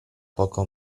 poco